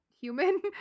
human